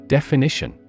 Definition